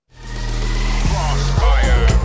Crossfire